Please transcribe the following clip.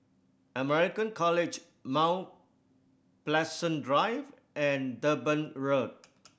American College Mount Pleasant Drive and Durban Road